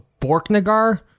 Borknagar